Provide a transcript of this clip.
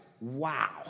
wow